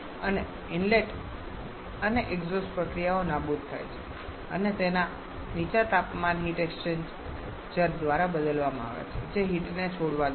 અને ઇનલેટ અને એક્ઝોસ્ટ પ્રક્રિયાઓ નાબૂદ થાય છે અને નીચા તાપમાનના હીટ એક્સ્ચેન્જર દ્વારા બદલવામાં આવે છે જે હીટને છોડવા દે છે